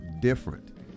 different